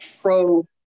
pro